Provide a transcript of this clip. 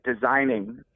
designing